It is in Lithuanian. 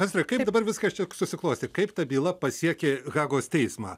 kas yra kaip dabar viskas čia susiklostė kaip ta byla pasiekė hagos teismą